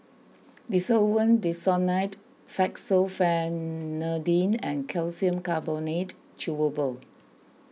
Desowen Desonide Fexofenadine and Calcium Carbonate Chewable